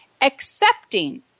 accepting